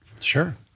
Sure